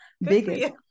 Biggest